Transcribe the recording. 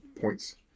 points